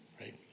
right